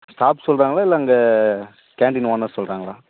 staff சொல்கிறாங்களா இல்லை அங்கே கேண்டீன் ஓனர் சொல்கிறாங்களா